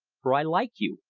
for i like you,